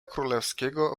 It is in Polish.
królewskiego